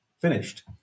finished